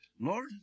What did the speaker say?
Lord